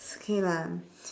it's okay lah